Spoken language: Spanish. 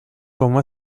como